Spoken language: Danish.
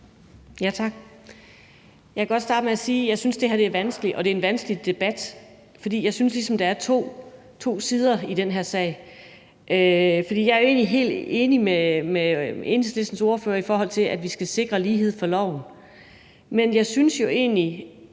Jeg kan godt starte med at sige, at jeg synes, det her er vanskeligt, og det er en vanskelig debat, for jeg synes ligesom, der er to sider af den her sag. Jeg er egentlig helt enig med Enhedslistens ordfører i, at vi skal sikre lighed for loven.